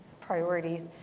priorities